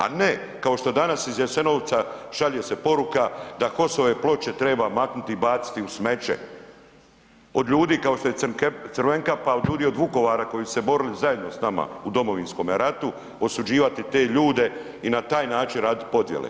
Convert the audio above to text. A ne kao što danas iz Jasenovca šalje se poruka da HOS-ove ploče treba maknuti i baciti u smeće od ljudi kao što je Crvenkapa, od ljudi od Vukovara koji su se borili zajedno sa nama u Domovinskome ratu, osuđivati te ljude i na taj način radit podjele.